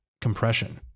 compression